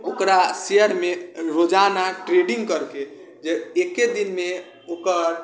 ओकरा शेयरमे रोजाना ट्रेडिङ्ग करिके जे एक्के दिनमे ओकर